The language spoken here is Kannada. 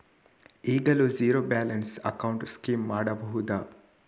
ಈಗಲೂ ಝೀರೋ ಬ್ಯಾಲೆನ್ಸ್ ಅಕೌಂಟ್ ಸ್ಕೀಮ್ ಮಾಡಬಹುದಾ?